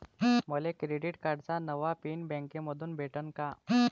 मले क्रेडिट कार्डाचा नवा पिन बँकेमंधून भेटन का?